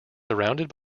surrounded